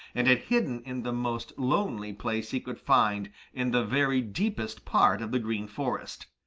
and had hidden in the most lonely place he could find in the very deepest part of the green forest.